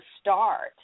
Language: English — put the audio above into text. start